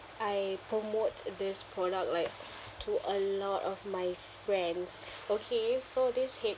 I promote this product like to a lot of my friends okay so this